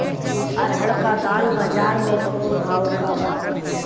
अरहर क दाल बजार में थोक भाव का बा?